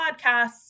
podcasts